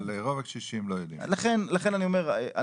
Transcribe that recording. לכן אני אומר,